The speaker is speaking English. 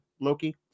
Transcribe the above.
loki